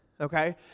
okay